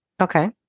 Okay